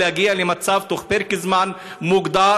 אבל להגיע למצב בתוך פרק זמן מוגדר,